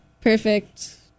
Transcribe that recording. perfect